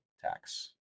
tax